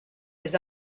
les